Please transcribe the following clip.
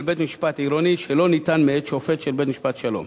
בית-משפט עירוני שלא ניתן מאת שופט של בית-משפט שלום.